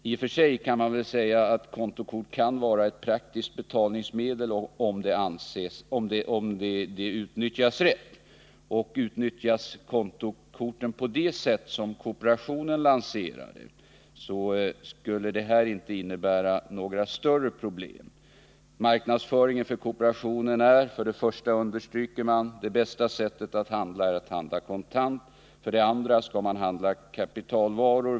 I och för sig kan man säga att kontokort kan vara ett praktiskt betalningsmedel, om de utnyttjas rätt. Utnyttjades kontokorten på det sätt som sker inom kooperationen skulle de inte innebära några större problem. I marknadsföringen för kooperationens kontokort understryker man att det bästa sättet är att handla kontant. Vidare sägs att kontoköpen skall gälla kapitalvaror.